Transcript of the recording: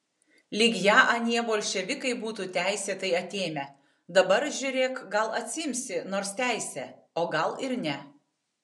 lyg ją anie bolševikai būtų teisėtai atėmę dabar žiūrėk gal atsiimsi nors teisę o gal ir ne